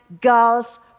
girls